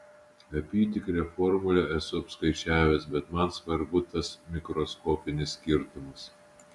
apytikrę formulę esu apskaičiavęs bet man svarbu tas mikroskopinis skirtumas